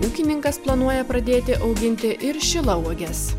ūkininkas planuoja pradėti auginti ir šilauoges